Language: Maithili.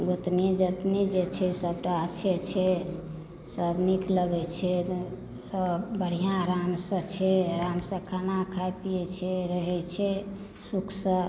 गोतनी जेतनी जे छै से सबटा अच्छे छै बड्ड नीक लागै छै सब बढ़िऑं आराम सॅं छै आराम सॅं खानाखाइ पीयै छै रहै छै सुख सॅं